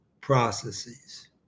processes